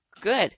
Good